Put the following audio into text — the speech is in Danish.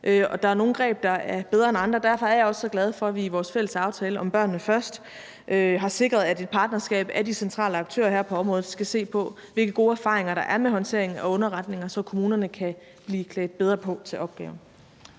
der er nogle greb, der er bedre end andre. Derfor er jeg også så glad for, at vi i vores fælles aftale »Børnene Først« har sikret, at et partnerskab af de centrale aktører her på området skal se på, hvilke gode erfaringer der er med håndteringen af underretninger, så kommunerne kan blive klædt bedre på til opgaven.